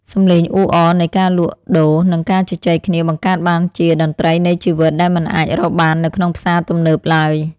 សំឡេងអ៊ូអរនៃការលក់ដូរនិងការជជែកគ្នាបង្កើតបានជាតន្ត្រីនៃជីវិតដែលមិនអាចរកបាននៅក្នុងផ្សារទំនើបឡើយ។